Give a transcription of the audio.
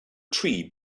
tree